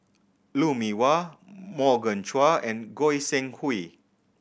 Lou Mee Wah Morgan Chua and Goi Seng Hui